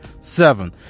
seven